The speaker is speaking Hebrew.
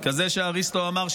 כמו שאריסטו אמר,